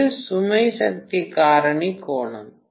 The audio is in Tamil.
இது சுமை சக்தி காரணி கோணம்